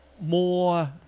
more